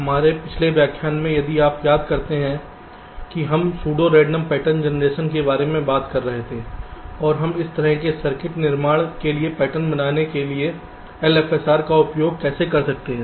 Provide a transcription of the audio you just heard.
हमारे पिछले व्याख्यान में यदि आप याद करते हैं कि हम सूडो रेंडम पैटर्न जनरेशन के बारे में बात कर रहे थे और हम इस तरह के सर्किट निर्माण के लिए पैटर्न बनाने के लिए LFSR का उपयोग कैसे कर सकते हैं